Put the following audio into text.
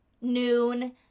noon